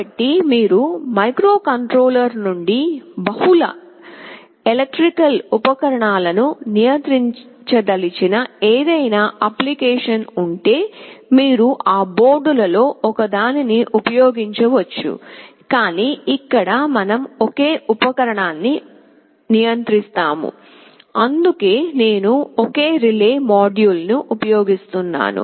కాబట్టి మీరు ఒకే మైక్రోకంట్రోలర్ నుండి బహుళ ఎలక్ట్రికల్ ఉపకరణాలను నియంత్రించదలిచిన ఏదైనా అప్లికేషన్ ఉంటే మీరు ఆ బోర్డులలో ఒకదాన్ని ఉపయోగించవచ్చు కానీ ఇక్కడ మనం ఒకే ఉపకరణాన్ని నియంత్రిస్తాము అందుకే నేను ఒకే రిలే మాడ్యూల్ను ఉపయోగిస్తున్నాను